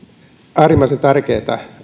äärimmäisen tärkeätä